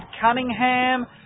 Cunningham